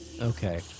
Okay